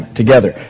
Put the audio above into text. together